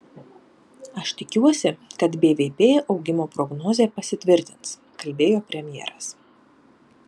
aš tikiuosi kad bvp augimo prognozė pasitvirtins kalbėjo premjeras